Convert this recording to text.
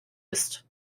ist